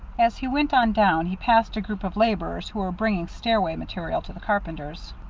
as he went on down he passed a group of laborers who were bringing stairway material to the carpenters.